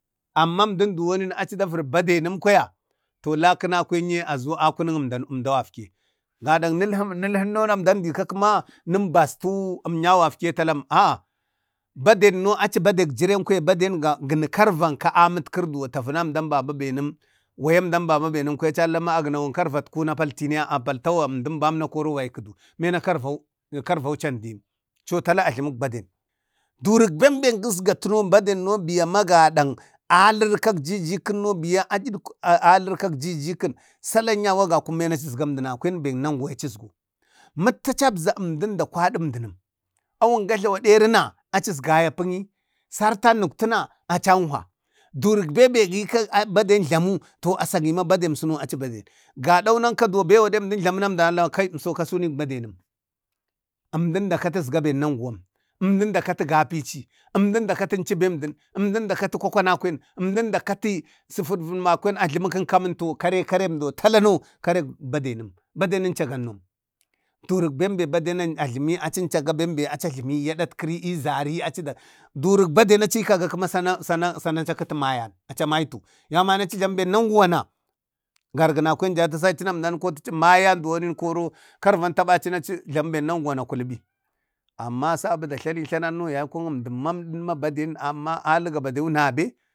amma əmda duwoni achi davari badenan kwaya to lakəna kwenye azu aga əmdau gafki. Gadan nalhənnona əmdamdi kama numbastu anyau gafke tulam, ə a baden no achi badek jiren kwaya gəna karvanka a mətkari duwon tavana əmdan babenən, waya ka əmdan babenum to achi alhama aganawun karvatku wun ɓena karro chandu yum Ʒm chono nək baden. So tal a jlamik badan durik benbe gasgatuno, badenno biyu gadan alari kakjiji kaŋno biya, ali kakjiji kan salau yau na gakum mana achi azgau emdunakwan beng nanguwan ye acisgo mitta acapzan emdan kwada əmda nəm, awun gajlawa deri na, achi is ga ayapani, sartan uktuna achi auhwa, durək benbe gika achi bade jlamu to a sagi ma badem suno achi bade nem, gadau nanka duwo be wade nən jlamu nankai əmso kasunək badenəm, zmdan da kati ezga bak naguwam emdan da kati ga pici emdan dakat emci beng emdim emdin da kati kwakwanakwen emdin a kati suvitvitmakwen jlumukem to karekarem do talano karek badenem badeno encagannom duruk bade ajlami acincaga ennom durek bade manna ajlami acuncaga bembe aca jləmi adatkiri eeza zarin aci da durik. baden achi kaga kəma sana sana achi a kata maya, achi maitu, yauman naci achi jlamu ben nanguwana, gargana kwen da tasachina, sa əmdan kotachi mayan duwo korin karvan taɓacina achi jlamu ben nanguwanna kulu ɓi ma sabu da tlani yayko emdim man əmdən baɗen amma ali gabaden nabe.